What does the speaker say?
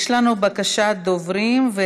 יש לנו בקשות של דוברים.